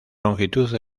longitud